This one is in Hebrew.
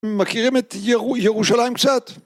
מכירים את ירושלים קצת